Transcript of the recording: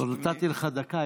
נתתי לך דקה,